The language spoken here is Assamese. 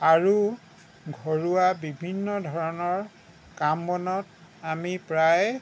আৰু ঘৰুৱা বিভিন্ন ধৰণৰ কাম বনত আমি প্ৰায়